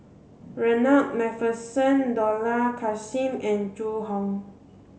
Ronald MacPherson Dollah Kassim and Zhu Hong